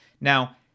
Now